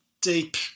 deep